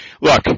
look